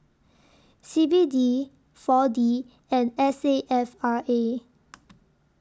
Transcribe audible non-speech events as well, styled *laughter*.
C B D four D and S A F R A *noise*